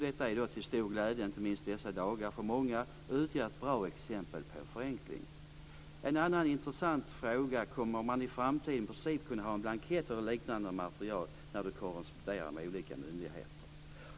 Detta är till stor glädje, inte minst i dessa dagar, för många och utgör ett bra exempel på förenkling. En annan intressant fråga är: Kommer man i framtiden att kunna ha blanketter eller liknande material när man korresponderar med olika myndigheter?